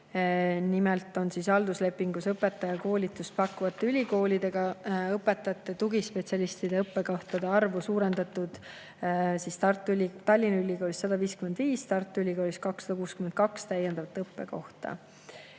Nimelt on halduslepingus õpetajakoolitust pakkuvate ülikoolidega õpetajate ja tugispetsialistide õppekohtade arvu suurendatud: Tallinna Ülikoolis on 155, Tartu Ülikoolis 262 täiendavat õppekohta.